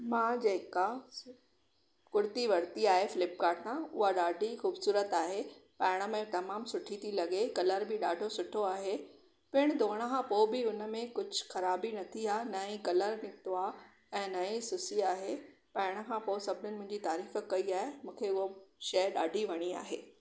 मां जेका कुर्ती वरिती आहे फिल्पकार्ट था उहा ॾाढी ख़ूबसूरत आहे पाइण में तमामु सुठी थी लगे कलर बि ॾाढो सुठो आहे पिण धुअण खां पोइ बि उन में कुझु ख़राबी न थी आहे न ई कलर निकितो आहे ऐं न ई सुसी आहे पाइण खां पोइ सभिनि मुंहिंजी तारीफ़ु कई आहे मूंखे उहा शइ ॾाढी वणी आहे